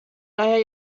daher